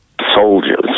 soldiers